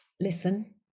listen